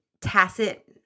tacit